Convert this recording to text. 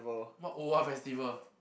what O_R festival